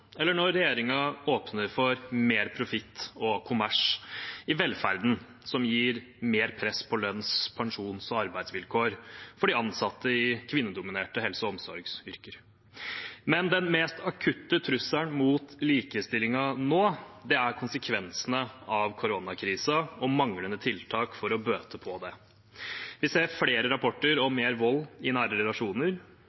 eller når regjeringen åpner for mer profitt og kommers i velferden, som gir mer press på lønns-, pensjons- og arbeidsvilkår for de ansatte i kvinnedominerte helse- og omsorgsyrker. Men den mest akutte trusselen mot likestillingen nå er konsekvensene av koronakrisen og manglende tiltak for å bøte på det. Vi ser flere rapporter om